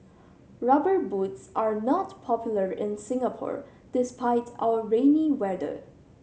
Rubber Boots are not popular in Singapore despite our rainy weather